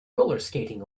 rollerskating